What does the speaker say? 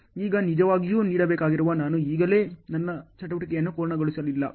ಈಗ ನೀವು ನಿಜವಾಗಿಯೂ ನೋಡಬೇಕಾಗಿರುವುದು ನಾನು ಈಗಾಗಲೇ ನನ್ನ ಚಟುವಟಿಕೆಯನ್ನು ಪೂರ್ಣಗೊಳಿಸಲಿಲ್ಲ